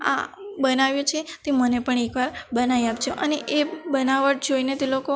આ બનાવ્યું છે તે મને પણ એકવાર બનાવી આપજો અને એ બનાવટ જોઈને તે લોકો